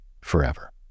forever